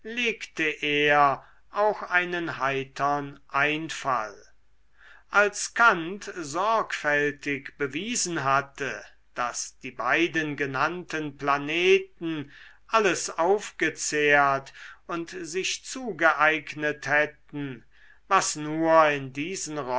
er auch einen heitern einfall als kant sorgfältig bewiesen hatte daß die beiden genannten planeten alles aufgezehrt und sich zugeeignet hätten was nur in diesen